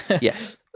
Yes